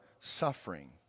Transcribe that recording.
suffering